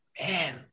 man